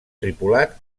tripulat